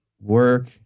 work